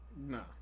No